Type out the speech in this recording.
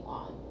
on